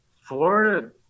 Florida